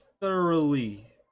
thoroughly